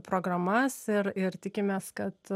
programas ir ir tikimės kad